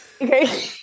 okay